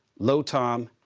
low tom,